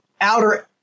outer